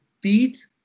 feet